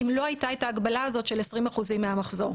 אם לא הייתה ההגבלה הזו של 20% מהמחזור?